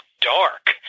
dark